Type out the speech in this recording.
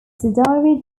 subsidiary